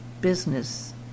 business